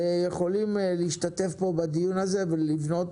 יכולים להשתתף פה בדיון הזה ולבנות